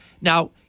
Now